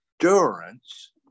endurance